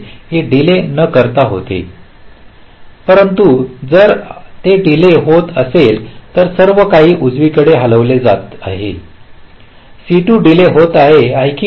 हे डीले न करता होते परंतु जर ते डीले होत असेल तर सर्व काही उजवीकडे हलवले जात आहे C2 डीले होत आहे आणखी डीले